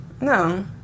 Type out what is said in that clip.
No